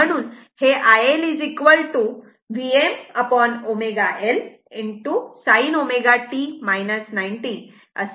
म्हणून हे iL Vmω L sin ω t 90 o असे आहे